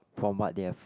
from what they have